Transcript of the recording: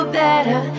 better